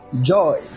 Joy